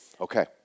Okay